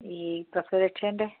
ഈ പ്രസവ രക്ഷേന്റെ